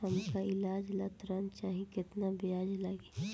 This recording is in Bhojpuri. हमका ईलाज ला ऋण चाही केतना ब्याज लागी?